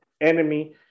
Enemy